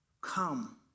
Come